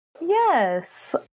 Yes